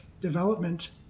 development